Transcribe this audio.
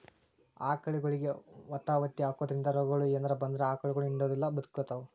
ಆಕಳಗೊಳಿಗೆ ವತವತಿ ಹಾಕೋದ್ರಿಂದ ರೋಗಗಳು ಏನರ ಬಂದ್ರ ಆಕಳಗೊಳ ಹಿಂಡುದಿಲ್ಲ ಒದಕೊತಾವ